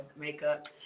makeup